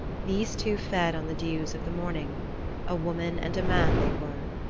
these two fed on the dews of the morning a woman and a man they were.